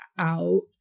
out